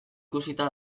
ikusita